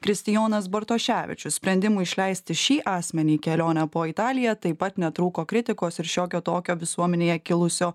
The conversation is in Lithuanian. kristijonas bartoševičius sprendimui išleisti šį asmenį į kelionę po italiją taip pat netrūko kritikos ir šiokio tokio visuomenėje kilusio